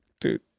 dude